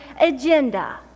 agenda